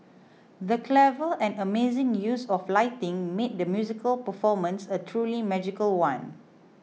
the clever and amazing use of lighting made the musical performance a truly magical one